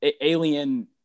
Alien